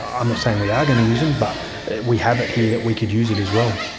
i'm not saying we are going to use them, but we have it here that we could use it as well.